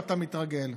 ואתה מתרגל.